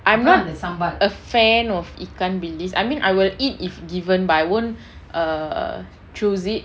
I'm not a fan of ikan bilis I mean I will eat if given but I wouldn't err choose it